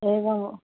एवं वा